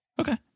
Okay